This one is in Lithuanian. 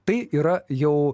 tai yra jau